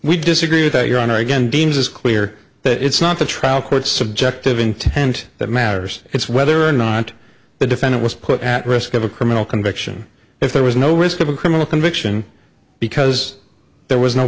we disagree with that your honor again deems it's clear that it's not the trial court subjective intent that matters it's whether or not the defendant was put at risk of a criminal conviction if there was no risk of a criminal conviction because there was no